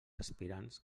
aspirants